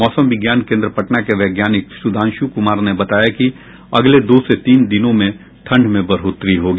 मौसम विज्ञान केन्द्र पटना के वैज्ञानिक सुधांशु कुमार ने बताया कि अगले दो से तीन दिनों में ठंड में बढ़ोतरी होगी